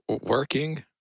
working